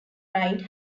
ride